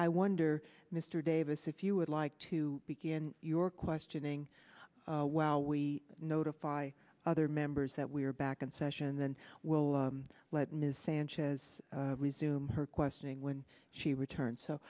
i wonder mr davis if you would like to begin your questioning while we notify other members that we are back in session and then we'll let ms sanchez resume her questioning when she returns so